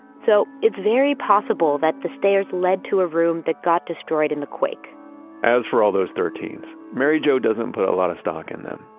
so it's very possible that the stairs led to a room that got destroyed in the quake as for all those thirteen s, mary jo doesn't put a lot of stock in them,